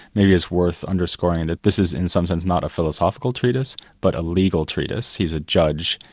maybe it's worth underscoring and that this is, in some sense, not a philosophical treatise, but a legal treatise. he's a judge,